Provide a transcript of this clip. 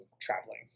traveling